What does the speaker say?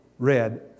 read